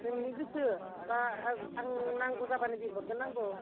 नोंनि गोसो बा आं नांगौ जाब्लानो बिहर